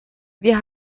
wir